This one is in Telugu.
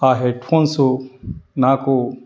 ఆ హెడ్ఫోన్సు నాకు